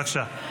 בבקשה.